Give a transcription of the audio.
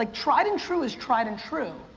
like tried and true is tried and true.